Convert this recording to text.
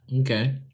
okay